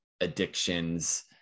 addictions